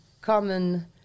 common